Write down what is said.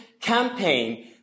campaign